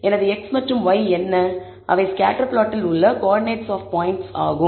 எனது x மற்றும் y என்ன அவை ஸ்கேட்டர் பிளாட்டில் உள்ள கோஆர்ட்டினேட்ஸ் ஆப் பாயிண்ட் ஆகும்